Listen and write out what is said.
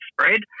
spread